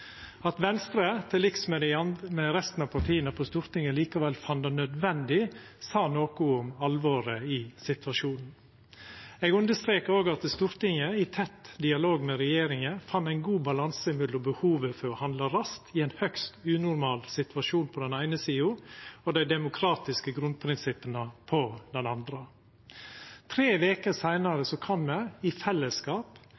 At Venstre, til liks med resten av partia på Stortinget, likevel fann det nødvendig, sa noko om alvoret i situasjonen. Eg understreka òg at Stortinget i tett dialog med regjeringa fann ein god balanse mellom behovet for å handla raskt i ein høgst unormal situasjon på den eine sida og dei demokratiske grunnprinsippa på den andre sida. Tre veker